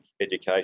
education